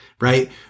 right